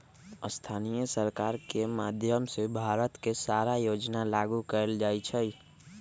स्थानीय सरकार के माधयम से भारत के सारा योजना लागू कएल जाई छई